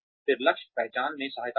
फिर लक्ष्य पहचान में सहायता करें